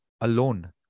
alone